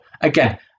again